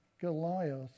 Goliath